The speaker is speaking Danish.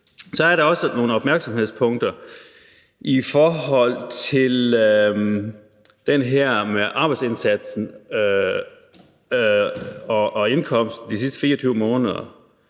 Så er der også nogle opmærksomhedspunkter i forhold til det her med arbejdsindsatsen og indkomsten de sidste 24 måneder.